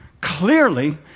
clearly